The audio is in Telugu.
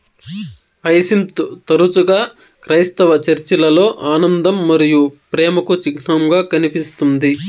హైసింత్ తరచుగా క్రైస్తవ చర్చిలలో ఆనందం మరియు ప్రేమకు చిహ్నంగా కనిపిస్తుంది